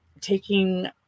taking